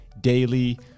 daily